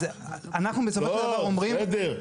אז אנחנו בסופו של דבר אומרים --- לא, בסדר.